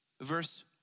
Verse